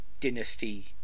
dynasty